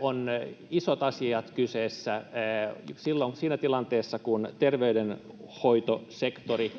On isot asiat kyseessä. Siinä tilanteessa, kun terveydenhoitosektori